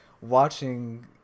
watching